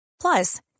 Plus